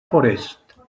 forest